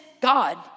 God